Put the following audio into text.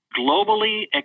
Globally